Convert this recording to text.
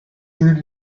seen